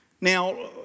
Now